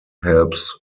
helps